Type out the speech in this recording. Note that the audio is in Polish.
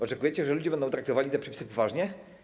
Oczekujecie, że ludzie będą traktowali te przepisy poważnie?